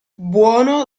buono